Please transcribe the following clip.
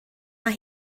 mae